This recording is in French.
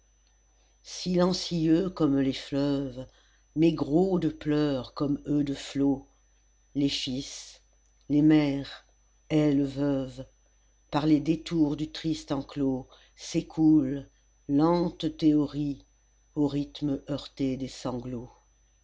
silencieux comme les fleuves mais gros de pleurs comme eux de flots les fils les mères elles veuves par les détours du triste enclos s'écoulent lente théorie au rythme heurté des sanglots